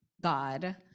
god